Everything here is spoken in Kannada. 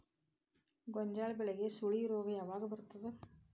ಗೋಂಜಾಳ ಬೆಳೆಗೆ ಸುಳಿ ರೋಗ ಯಾವಾಗ ಬರುತ್ತದೆ?